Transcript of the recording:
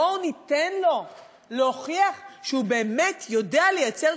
בואו ניתן לו להוכיח שהוא באמת יודע לייצר